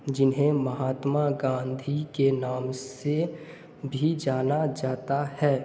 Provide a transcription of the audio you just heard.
जिन्हें महात्मा गांधी के नाम से भी जाना जाता है